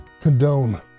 condone